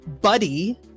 buddy